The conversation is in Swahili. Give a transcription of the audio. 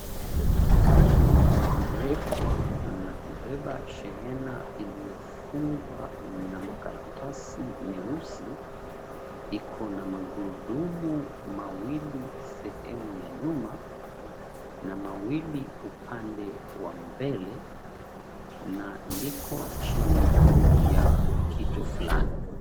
Gari refu la kubeba shehena iliyofungwa na makaratasi meusi, iko na magurudumu mawili sehemu ya nyuma, na mawili upande wa mbele, na liko chini ya kitu fulani.